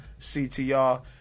CTR